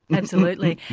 absolutely,